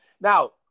now